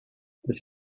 this